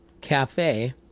cafe